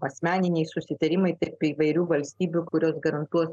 asmeniniai susitarimai tarp įvairių valstybių kurios garantuos